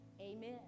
Amen